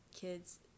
kids